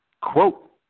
quote